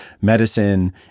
medicine